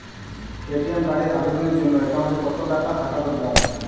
ATM কার্ডের আবেদনের জন্য অ্যাকাউন্টে কতো টাকা থাকা দরকার?